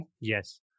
Yes